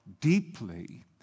deeply